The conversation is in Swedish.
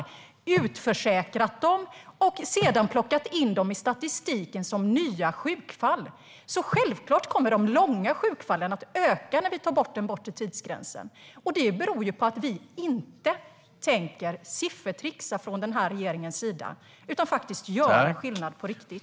Ni har utförsäkrat dessa personer och sedan plockat in dem i statistiken som nya sjukfall. Självklart kommer därför de långa sjukfallen att öka när vi tar bort den bortre tidsgränsen. Det beror på att vi från den här regeringens sida inte tänker siffertrixa utan faktiskt göra skillnad på riktigt.